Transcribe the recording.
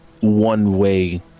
one-way